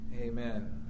amen